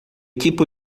tipo